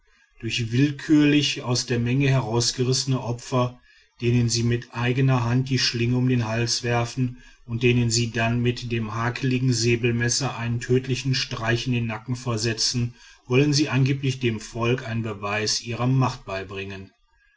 durch willkürlich aus der menge herausgerissene opfer denen sie mit eigener hand die schlinge um den hals werfen und denen sie dann mit dem hakigen säbelmesser einen tödlichen streich in den nacken versetzen wollen sie angeblich dem volk einen beweis ihrer macht beibringen